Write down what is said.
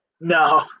No